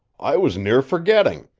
i was near forgetting.